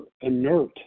inert